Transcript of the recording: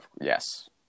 yes